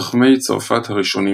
חכמי צרפת הראשונים